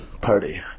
Party